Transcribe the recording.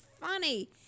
funny